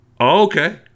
okay